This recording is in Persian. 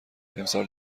امسال